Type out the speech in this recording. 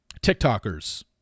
TikTokers